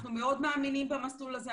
אנחנו מאוד מאמינים במסלול הזה,